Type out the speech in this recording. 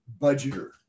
budgeter